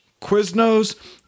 Quiznos